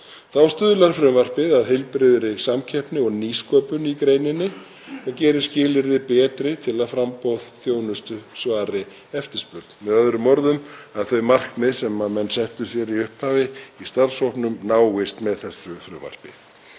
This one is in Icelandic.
Þá stuðlar frumvarpið að heilbrigðri samkeppni og nýsköpun í greininni og gerir skilyrði betri til að framboð þjónustu svari eftirspurn. Með öðrum orðum að þau markmið sem menn settu sér í upphafi í starfshópnum náist með þessu frumvarpi.